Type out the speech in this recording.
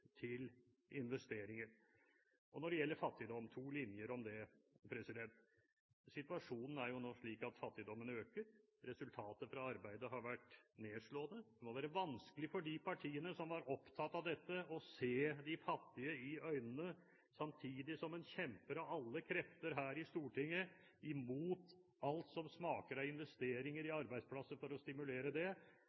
til investeringer. Når det gjelder fattigdom – to linjer om det: Situasjonen er jo nå slik at fattigdommen øker. Resultatet av arbeidet har vært nedslående. Det må være vanskelig for de partiene som var opptatt av dette, å se de fattige i øynene samtidig som de kjemper av alle krefter her i Stortinget mot alt som smaker av investeringer i arbeidsplasser for å stimulere